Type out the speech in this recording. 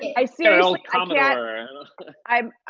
i seriously, um yeah ah i